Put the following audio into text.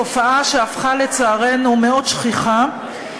תופעה שהפכה לצערנו מאוד שכיחה,